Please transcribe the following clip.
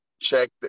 check